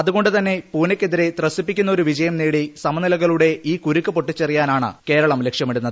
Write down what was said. അതുകൊണ്ട് തന്നെ പ്ടൂക്കെയിരെ ത്രസിപ്പിക്കുന്ന ഒരു വിജയം നേടി സമനിലകളുടെ ഈ കുരുക്ക് പൊട്ടിച്ചെറിയാനാണ് കേരളം ലക്ഷ്യമിടുന്നത്